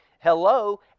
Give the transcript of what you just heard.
hello